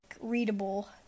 readable